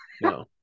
no